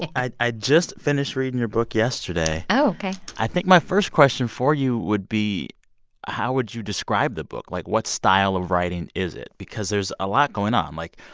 i i just finished reading your book yesterday oh, ok i think my first question for you would be how would you describe the book? like, what style of writing is it? because there's a lot going on. like,